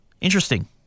Interesting